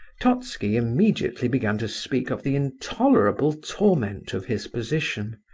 totski immediately began to speak of the intolerable torment of his position.